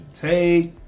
take